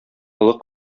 олы